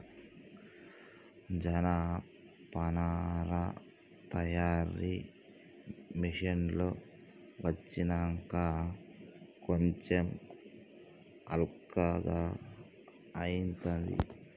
జనపనార తయారీ మిషిన్లు వచ్చినంక కొంచెం అల్కగా అయితాంది